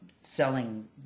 selling